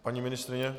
Paní ministryně?